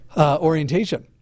orientation